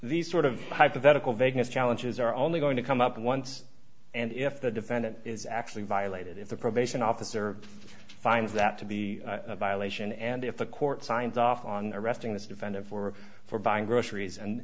these sort of hypothetical vagueness challenges are only going to come up once and if the defendant is actually violated if the probation officer finds that to be a violation and if the court signs off on arresting this defendant for for buying groceries and